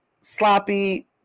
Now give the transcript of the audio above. sloppy